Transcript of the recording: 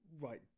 right